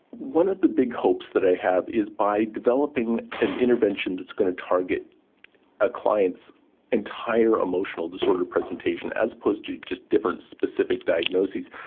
one of the big hopes that i have is by developing an intervention that is going to target a client's entire emotional disorder presentation, as opposed to just the different specific diagnoses,